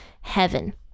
heaven